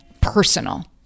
Personal